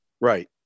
Right